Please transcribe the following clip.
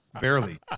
barely